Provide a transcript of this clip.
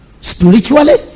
spiritually